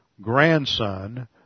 grandson